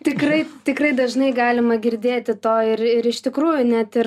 tikrai tikrai dažnai galima girdėti to ir ir iš tikrųjų net ir